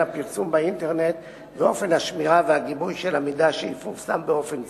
הפרסום באינטרנט ואופן השמירה והגיבוי של המידע שיפורסם באופן זה,